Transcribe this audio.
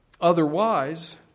Otherwise